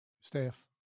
Staff